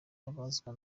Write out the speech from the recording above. abazwa